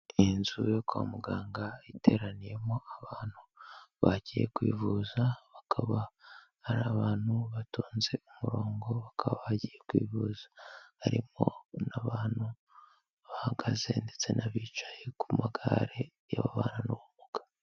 Inzu yo kwa muganga iteraniyemo abantu bagiye kwivuza, bakaba ari abantu batonze umurongo, bakaba bagiye kwivuza, harimo n'abantu bahagaze ndetse n'abicaye ku magare y'ababana n'ubumuga.